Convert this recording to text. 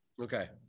okay